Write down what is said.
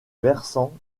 versant